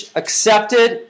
accepted